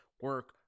Work